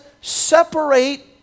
separate